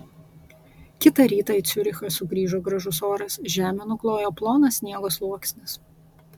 kitą rytą į ciurichą sugrįžo gražus oras žemę nuklojo plonas sniego sluoksnis